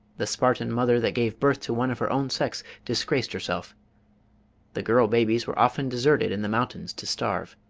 the spartan mother that gave birth to one of her own sex disgraced herself the girl babies were often deserted in the mountains to starve